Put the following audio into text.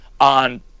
on